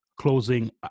closing